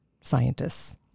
scientists